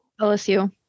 LSU